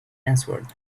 answered